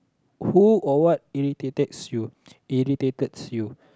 who or what irritated you irritated you